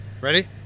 Ready